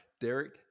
derek